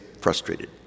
frustrated